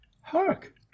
Hark